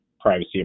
privacy